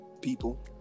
people